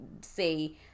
say